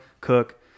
Cook